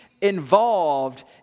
involved